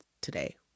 today